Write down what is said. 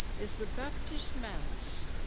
is the baptist manse,